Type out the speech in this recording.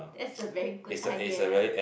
that's a very good idea